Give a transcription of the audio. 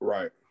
Right